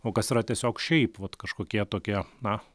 o kas yra tiesiog šiaip vat kažkokie tokie na